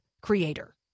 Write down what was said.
creator